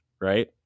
Right